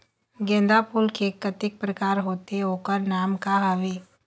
गेंदा फूल के कतेक प्रकार होथे ओकर नाम का हवे?